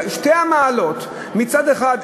שתי מעלות: מצד אחד,